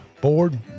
board